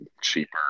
cheaper